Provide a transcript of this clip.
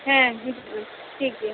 ᱦᱮᱸ ᱴᱷᱤᱠ ᱜᱮᱭᱟ ᱴᱷᱤᱠ ᱜᱮᱭᱟ